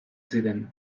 ziren